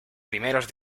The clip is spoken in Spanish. primeros